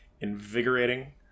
invigorating